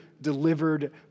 delivered